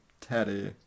Teddy